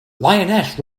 lioness